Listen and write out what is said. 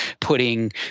putting